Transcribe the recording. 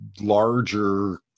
larger